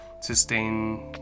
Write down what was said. sustain